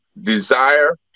desire